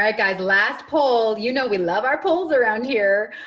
right, guys, last poll. you know, we love our polls around here.